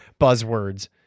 buzzwords